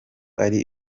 ari